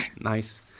Nice